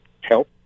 help